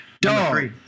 Dog